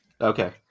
Okay